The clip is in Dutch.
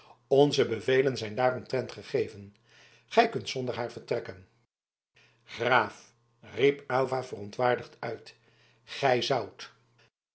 onze bevelen zijn daaromtrent gegeven gij kunt zonder haar vertrekken graaf riep aylva verontwaardigd uit gij zoudt